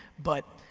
but